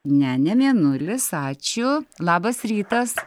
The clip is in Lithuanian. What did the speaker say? ne ne mėnulis ačiū labas rytas